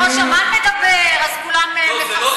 ראש אמ"ן מדבר, אז כולם מפרסמים.